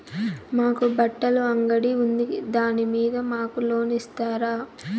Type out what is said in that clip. మాకు బట్టలు అంగడి ఉంది దాని మీద మాకు లోను ఇస్తారా